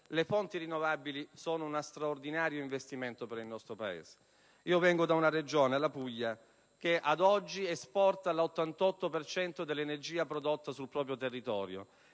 le fonti rinnovabili sono uno straordinario investimento per il nostro Paese. Provengo da una Regione, la Puglia, che oggi esporta l'88 per cento dell'energia prodotta sul proprio territorio,